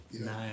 Nice